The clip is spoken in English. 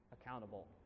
accountable